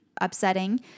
upsetting